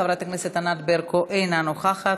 חברת הכנסת ענת ברקו, אינה נוכחת.